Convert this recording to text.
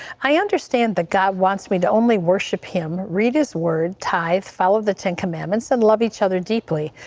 i understand that god wants me to only worship him, read his word, tide, follow the ten commandments and love each other deeply.